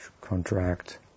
contract